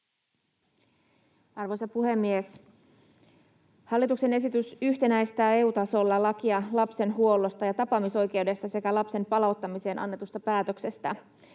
Arvoisa puhemies! Hallituksen esitys yhtenäistää EU-tasolla lakeja lapsen huollosta ja tapaamisoikeudesta sekä lapsen palauttamisesta annetusta päätöksestä.